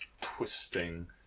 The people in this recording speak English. twisting